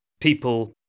people